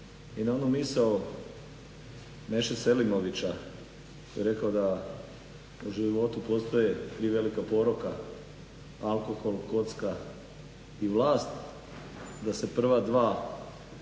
i na onu misao Meše SElimovića kada je rekao da u životu postoje tri velika poroka, alkohol, kocka i vlast, da se prva dva